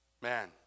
Man